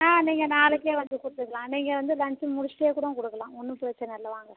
ஆமாம் நீங்கள் நாளைக்கே வந்து கொடுத்துக்கலாம் நீங்கள் வந்து லஞ்ச் முடிச்சிட்டேங்க கூட கொடுக்கலாம் ஒன்று பிரச்சனை இல்லை வாங்க